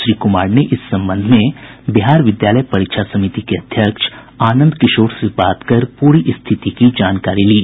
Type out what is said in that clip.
श्री कुमार ने इस संबंध में बिहार विद्यालय परीक्षा समिति के अध्यक्ष आनंद किशोर से बात कर पूरी स्थिति की जानकारी ली